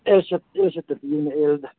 L shape L ꯁꯦꯞꯇ ꯄꯤꯎꯅꯦ ꯑꯦꯜꯗ